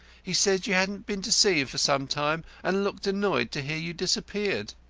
he said you hadn't been to see him for some time, and looked annoyed to hear you'd disappeared.